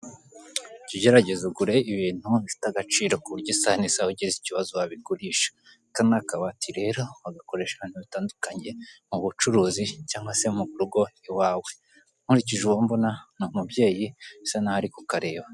Jya ugerageza ugure ibintu bifite agaciro ku buryo isaha n'isaha ugize ikibazo wabigurisha, aka ni kabati rero wagakoresha ahantu hatandukanye mu bucuruzi cyangwa se mu ku rugo iwawe, nkurikije uwo mbona ni umubyeyi usa naho ari kukareba.